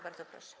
Bardzo proszę.